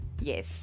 yes